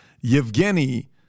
Yevgeny